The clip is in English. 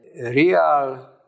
real